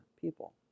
people